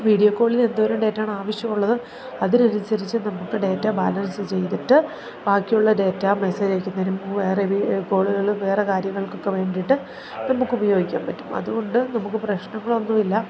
video കോളിൽ എന്തോരും ഡേറ്റയാണ് ആവശ്യമുള്ളത് അതിനനുസരിച്ച് നമുക്ക് ഡേറ്റാ ബാലൻസ് ചെയ്തിട്ട് ബാക്കിയുള്ള ഡേറ്റാ മെസ്സേജ് അയക്കുന്നതിനും വേറെ കോളുകൾ വേറെ കാര്യങ്ങൾക്കൊക്കെ വേണ്ടിയിട്ട് നമുക്ക് ഉപയോഗിക്കാൻ പറ്റും അതുകൊണ്ട് നമുക്ക് പ്രശ്നങ്ങളൊന്നും ഇല്ല